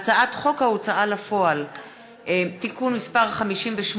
הצעת חוק ההוצאה לפועל (תיקון מס' 58)